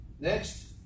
Next